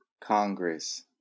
Congress